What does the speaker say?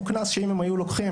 הוא קנס שאילו הם היו לוקחים,